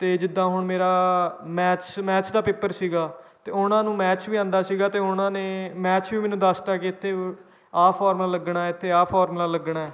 ਅਤੇ ਜਿੱਦਾਂ ਹੁਣ ਮੇਰਾ ਮੈਥਸ ਮੈਥਸ ਦਾ ਪੇਪਰ ਸੀਗਾ ਤਾਂ ਉਹਨਾਂ ਨੂੰ ਮੈਥਸ ਵੀ ਆਉਂਦਾ ਸੀਗਾ ਅਤੇ ਉਹਨਾਂ ਨੇ ਮੈਥਸ ਵੀ ਮੈਨੂੰ ਦੱਸਤਾ ਕਿ ਇੱਥੇ ਆਹ ਫੋਰਮੂਲਾ ਲੱਗਣਾ ਇੱਥੇ ਆਹ ਫੋਰਮੂਲਾ ਲੱਗਣਾ